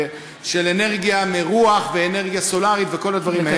אנרגיה מרוח ואנרגיה סולארית וכל הדברים האלה,